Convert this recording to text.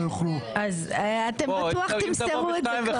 יוכלו --- אתם בטוח תמסרו את זה קודם,